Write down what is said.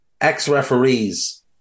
ex-referees